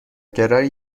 قراره